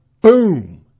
Boom